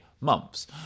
months